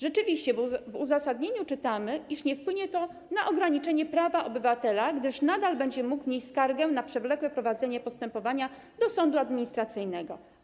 Rzeczywiście w uzasadnieniu czytamy, iż nie wpłynie to na ograniczenie prawa obywatela, gdyż nadal będzie mógł wnieść skargę na przewlekłe prowadzenie postępowania do sądu administracyjnego.